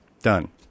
Done